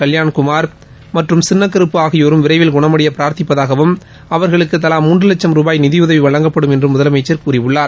கல்பாணகுமார் மற்றும் சின்னக்கருப்பு ஆகியோரும் விரைவில் குணமடைய பிரார்த்திப்பதாகவும் அவர்களுக்கு தலா மூன்று வட்சம் ரூபாய் நிதியுதவி வழங்கப்படும் என்றும் முதலமைச்சர் கூறியுள்ளார்